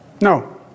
No